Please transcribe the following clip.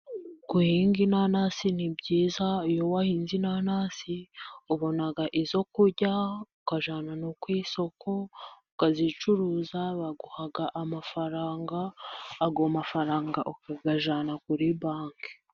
Guhinga inanasi ni byiza, uyo wahinzi inanasi ubona izo kurya, ukajyana no ku isoko ukazicuruza baguha amafaranga, ayo amafaranga ukagajyana kuri banki.